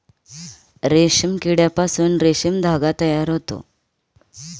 रेशीम किड्यापासून रेशीम धागा तयार होतो